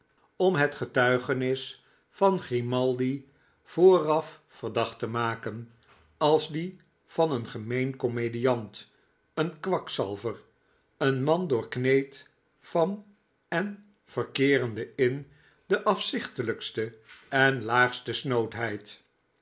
om het getuigenis van grimaldi vooraf verdacht te maken als die van een gemeen komediant een kwakzalver een man doorkneed van en verkeerende in de afzichtelijkste en laagste